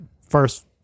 first